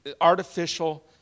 artificial